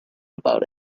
about